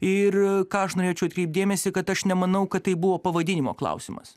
ir ką aš norėčiau atkreipt dėmesį kad aš nemanau kad tai buvo pavadinimo klausimas